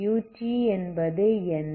ut என்பது என்ன